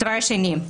הדבר השני,